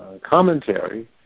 commentary